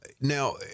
Now